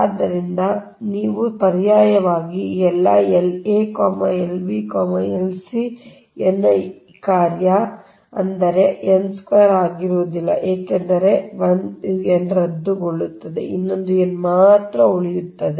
ಆದ್ದರಿಂದ ಮತ್ತು ನೀವು ಪರ್ಯಾಯವಾಗಿ ಈ ಎಲ್ಲಾ La Lb Lc n ನ ಎಲ್ಲಾ ಕಾರ್ಯ ಅಂದರೆ ಅದು n2 ಆಗಿರುವುದಿಲ್ಲ ಏಕೆಂದರೆ 1 n ರದ್ದಾಗುತ್ತದೆ n ಮಾತ್ರ ಇರುತ್ತದೆ